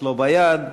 אצלו ביד,